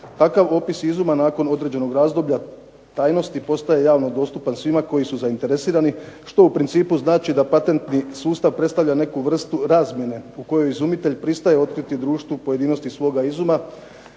Takav opis izuma nakon određenog razdoblja tajnosti postaje javno dostupan svima koji su zainteresirani što u principu znači da patentni sustav predstavlja neku vrstu razmjene u kojoj izumitelj pristaje otkriti društvu pojedinosti svoga izuma